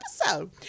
episode